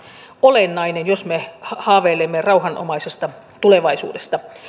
olennainen jos me haaveilemme rauhanomaisesta tulevaisuudesta